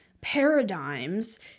paradigms